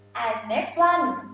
and next one.